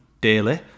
daily